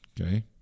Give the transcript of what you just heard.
Okay